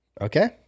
Okay